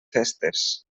festes